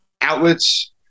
outlets